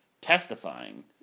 testifying